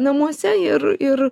namuose ir ir